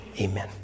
amen